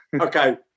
Okay